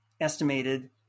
estimated